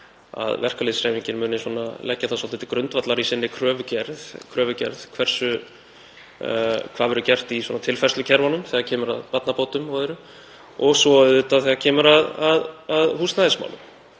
að verkalýðshreyfingin muni leggja það svolítið til grundvallar í sinni kröfugerð hvað verður gert í tilfærslukerfunum þegar kemur að barnabótum og öðru, og svo auðvitað þegar kemur að húsnæðismálum.